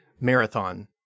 marathon